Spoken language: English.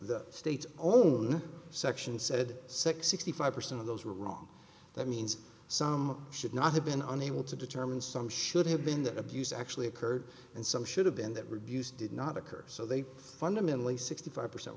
the state's own section said sixty five percent of those were wrong that means some should not have been unable to determine some should have been that abuse actually occurred and some should have been that reviews did not occur so they fundamentally sixty five percent